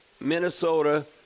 Minnesota